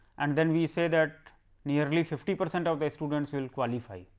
and then we say that nearly fifty percent of the students will qualified.